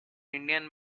indian